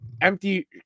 empty